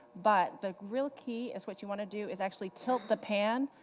but the real key is, what you want to do is, actually tilt the pan,